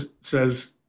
says